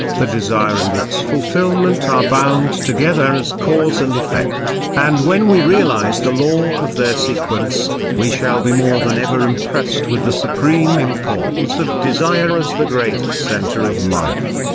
the desire and its fulfilment are bound together as cause and effect and when we realise the law of their sequence, we shall be more than ever impressed with the supreme importance of desire as the great centre of life.